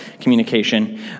communication